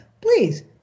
please